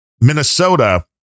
Minnesota